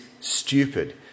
stupid